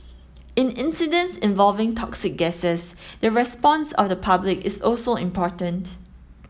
in incidents involving toxic gases the response of the public is also important